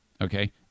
Okay